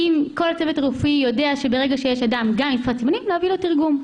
אם כל צוות רפואי יודע שברגע שיש אדם --- תעבירו תרגום.